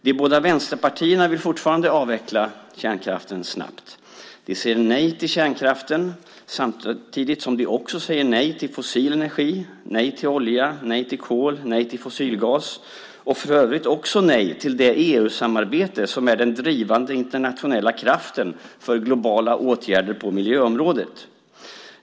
De båda vänsterpartierna vill fortfarande avveckla kärnkraften snabbt. De säger nej till kärnkraften samtidigt som de också säger nej till fossil energi, nej till olja och till kol, nej till fossilgas och för övrigt också nej till det EU-samarbete som är den drivande internationella kraften för globala åtgärder på miljöområdet.